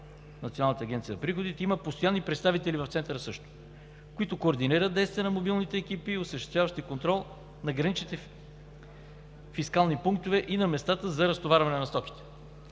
Националната агенция за приходите също има постоянни представители в Центъра, които координират действията на мобилните екипи, осъществяващи контрол на граничните фискални пунктове и на местата за разтоварване на стоки.